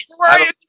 right